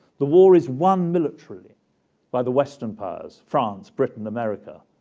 the war is won militarily by the western powers france, britain, america,